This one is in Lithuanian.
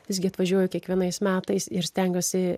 visgi atvažiuoju kiekvienais metais ir stengiuosi